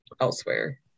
elsewhere